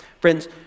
Friends